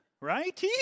right